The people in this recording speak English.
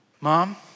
Mom